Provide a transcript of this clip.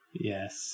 Yes